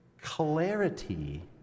clarity